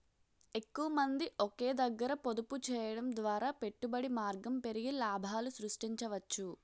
ఎక్కువమంది ఒకే దగ్గర పొదుపు చేయడం ద్వారా పెట్టుబడి మార్గం పెరిగి లాభాలు సృష్టించవచ్చు